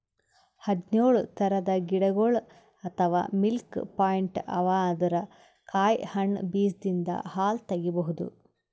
ಹದ್ದ್ನೊಳ್ ಥರದ್ ಗಿಡಗೊಳ್ ಅಥವಾ ಮಿಲ್ಕ್ ಪ್ಲಾಂಟ್ ಅವಾ ಅದರ್ ಕಾಯಿ ಹಣ್ಣ್ ಬೀಜದಿಂದ್ ಹಾಲ್ ತಗಿಬಹುದ್